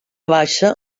baixa